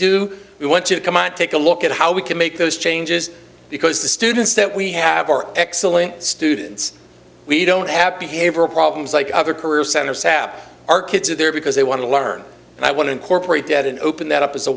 do we want to come out take a look at how we can make those changes because the students that we have are excellent students we don't have behavioral problems like other career center sap our kids are there because they want to learn and i want to incorporate dead and open that up as a